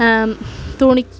തുണി